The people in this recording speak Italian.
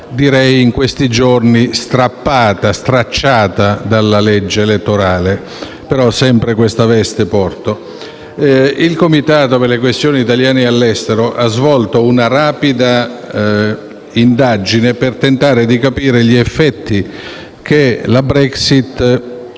direi in questi giorni stracciata dalla legge elettorale; però porto sempre questa veste. Il Comitato per le questioni degli italiani all'estero ha svolto una rapida indagine per tentare di capire gli effetti che la Brexit